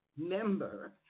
member